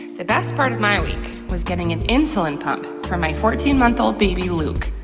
the best part of my week was getting an insulin pump for my fourteen month old baby luke,